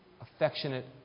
affectionate